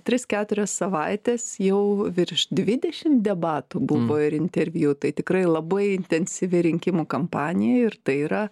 tris keturias savaites jau virš dvidešim debatų buvo ir interviu tai tikrai labai intensyvi rinkimų kampanija ir tai yra